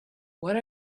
what